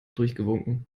durchgewunken